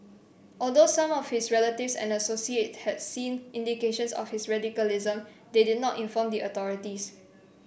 although some of his relatives and associate had seen indications of his radicalism they did not inform the authorities